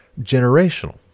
generational